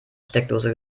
steckdose